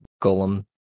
golem